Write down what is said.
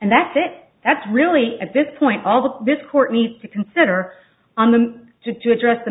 and that's it that's really at this point although this court needs to consider on them to to address the